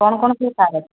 କ'ଣ କ'ଣ ସବୁ କାର୍ ଅଛି